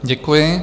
Děkuji.